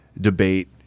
debate